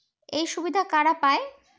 এই সুবিধা কারা পায়?